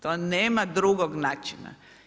To nema drugog načina.